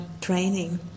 training